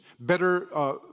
better